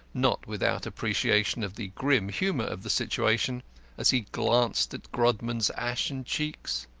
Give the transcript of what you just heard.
not without appreciation of the grim humour of the situation as he glanced at grodman's ashen cheeks,